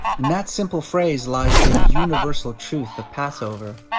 in that simple phrase, lies the universal truth of passover.